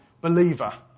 believer